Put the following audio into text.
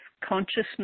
consciousness